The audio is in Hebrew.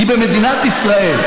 כי במדינת ישראל,